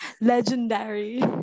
legendary